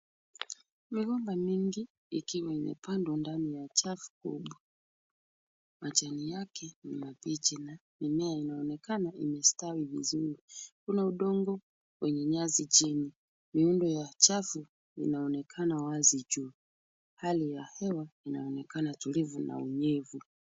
Migomba mingi ikiwa imepandwa ndani ya chafu kubwa. Majani yake ni mabichi na mimea inaonekana imestawi vizuri. Kuna udongo wenye nyasi chini. Miundo ya chafu inaonekana wazi juu. Hali ya hewa inaonekana tulivu na unyevu.